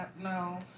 no